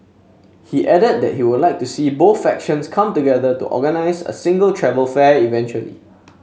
he added that he would like to see both factions come together to organise a single travel fair eventually